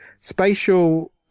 Spatial